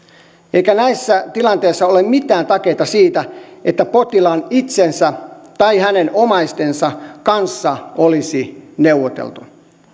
eikä näissä tilanteissa ole mitään takeita siitä että potilaan itsensä tai hänen omaistensa kanssa olisi neuvoteltu